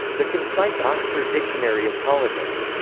the concise oxford dictionary of politics.